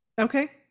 Okay